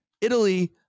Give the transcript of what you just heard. italy